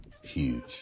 huge